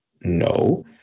no